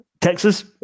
Texas